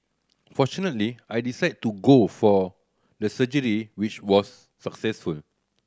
fortunately I decided to go for the surgery which was successful